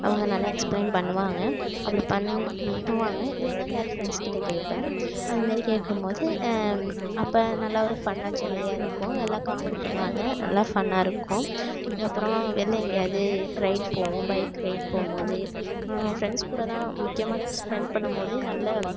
அவங்க நல்லா எக்ஸ்ப்ளைன் பண்ணுவாங்க அப்படி பண்ணுவாங்க இல்லைனா வேறு ஃப்ரெண்ட்ஸ் கிட்ட கேட்பேன் அது மாதிரி கேட்கும் போது அப்போ நல்லா ஒரு ஃபன்னாக ஜாலியாக இருக்கும் எல்லாம் காமெடி பண்ணுவாங்க நல்லா ஃபன்னாக இருக்கும் அப்புறம் வெளில எங்கேயாவது ரைட் போவோம் பைக் ரைட் போகும் போது ஃப்ரெண்ட்ஸ் கூட தான் முக்கியமாக ஸ்பெண்ட் பண்ணும் போது நல்ல